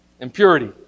impurity